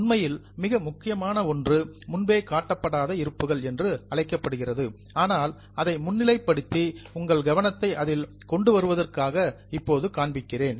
உண்மையில் மிக முக்கியமான ஒன்று முன்பே காட்டப்படாத இருப்புகள் என்று அழைக்கப்படுகிறது ஆனால் அதை முன்னிலைப்படுத்தி உங்கள் கவனத்தை அதில் கொண்டுவருவதற்காக இப்போது காண்பிக்கிறேன்